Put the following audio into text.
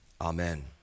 Amen